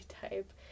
type